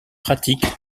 pratiques